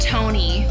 Tony